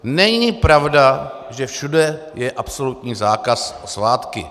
Není pravda, že všude je absolutní zákaz na svátky.